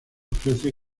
ofrece